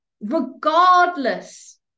regardless